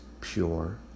pure